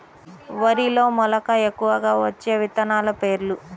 వరిలో మెలక ఎక్కువగా వచ్చే విత్తనాలు పేర్లు?